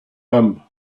him